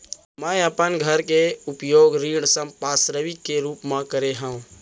मै अपन घर के उपयोग ऋण संपार्श्विक के रूप मा करे हव